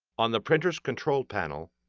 on the printer's control panel,